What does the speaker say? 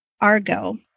Argo